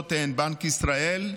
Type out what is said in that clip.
הרשויות הן בנק ישראל,